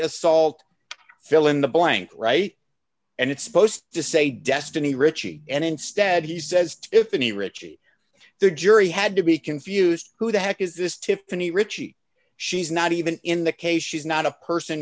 assault fill in the blank right and it's supposed to say destiny richie and instead he says tiffany richie their jury had to be confused who the heck is this tiffany richie she's not even in the case she's not a person